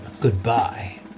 goodbye